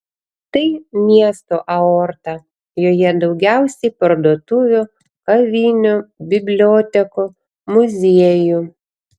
tai miesto aorta joje daugiausiai parduotuvių kavinių bibliotekų muziejų